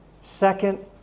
Second